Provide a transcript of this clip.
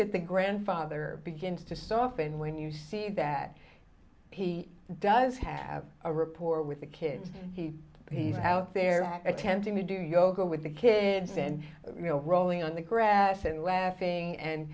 that the grandfather begins to soften when you see that he does have a reporter with the kids he he's out there have attempting to do yoga with the kids and real rolling on the grass and laughing and